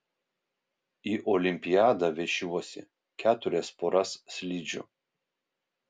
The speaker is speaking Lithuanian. į olimpiadą vešiuosi keturias poras slidžių